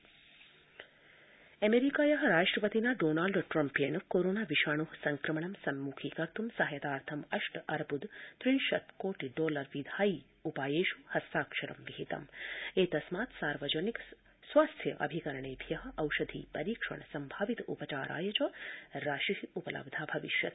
corona Trump अमेरिकाया राष्ट्रपतिना Donald ट्रम्पेण कोरोना विषाणो संक्रमण सम्मुखीकर्त् सहायतार्थं अष्ट अर्बद त्रिंशत् कोटि डॉलर विधायी उपायेष् हस्ताक्षरं विहितम् एतस्मात् सार्वजनिक स्वास्थ्य अभिकरणेभ्य औषधि परीक्षण सम्भावित उपचाराय च राशि उपलब्धा भविष्यति